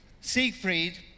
Siegfried